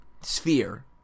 sphere